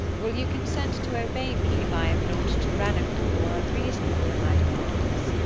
will you consent to obey me if i am not tyrannical or unreasonable in my demands?